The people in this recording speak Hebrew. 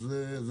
הוא